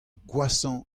gwashañ